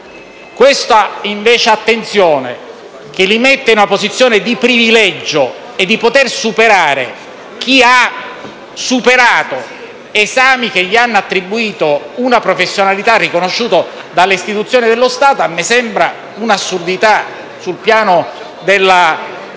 questa preferenza, che li mette in una posizione di privilegio, al di sopra di chi ha superato esami che gli hanno attribuito una professionalità riconosciuta dalle istituzioni dello Stato, a me sembra un'assurdità sul piano del